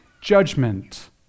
judgment